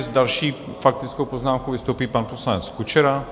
S další faktickou poznámkou vystoupí pan poslanec Kučera.